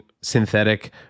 synthetic